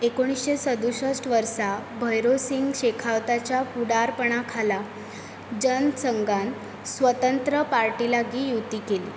एकुणशे सातसठ वर्सा भैरो सिंग शेखावताच्या फुडारपणाखाला जन संघान स्वतंत्र पार्टी लागीं युती केली